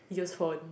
use phone